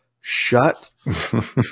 Shut